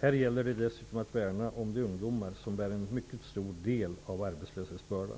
Här gäller det dessutom att värna om de ungdomar som bär en mycket stor del av arbetslöshetsbördan.